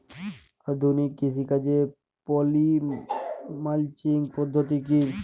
আধুনিক কৃষিকাজে poly mulching পদ্ধতি কি?